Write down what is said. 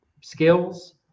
skills